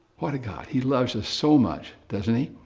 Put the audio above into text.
what a god. he loves us so much. doesn't he?